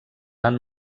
van